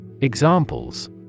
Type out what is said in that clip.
Examples